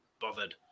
bothered